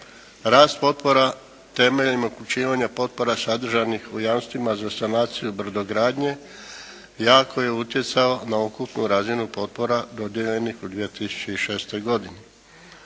Rast potpora temeljem uključivanja potpora sadržanih u jamstvima za sanaciju brodogradnje jako je utjecao na ukupnu razinu potpora dodijeljenih u 2006. godini.